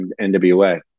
NWA